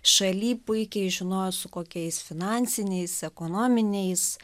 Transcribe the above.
šaly puikiai žinojo su kokiais finansiniais ekonominiais